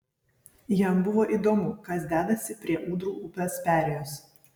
jam buvo įdomu kas dedasi prie ūdrų upės perėjos